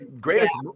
greatest